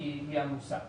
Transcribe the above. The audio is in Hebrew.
כדי לעבור